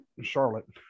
charlotte